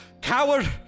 Coward